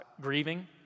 grieving